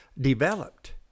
developed